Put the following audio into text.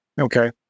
Okay